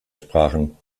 sprachen